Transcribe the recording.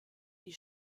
die